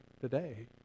today